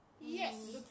yes